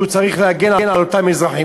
והוא צריך להגן על אותם אזרחים.